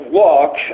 walk